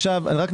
נעבור